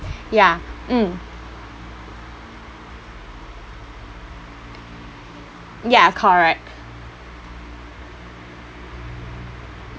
ya mm ya correct